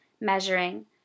measuring